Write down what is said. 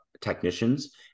technicians